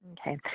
Okay